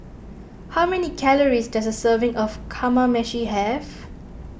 how many calories does a serving of Kamameshi have